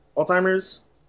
Alzheimer's